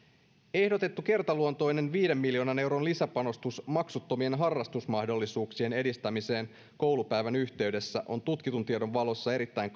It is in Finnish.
ehdotettu kertaluontoinen viiden miljoonan euron lisäpanostus maksuttomien harrastusmahdollisuuksien edistämiseen koulupäivän yhteydessä on tutkitun tiedon valossa erittäin